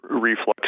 Reflux